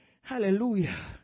hallelujah